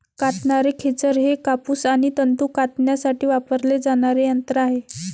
कातणारे खेचर हे कापूस आणि तंतू कातण्यासाठी वापरले जाणारे यंत्र आहे